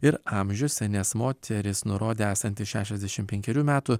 ir amžius nes moteris nurodė esanti šešiasdešimt penkerių metų